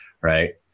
right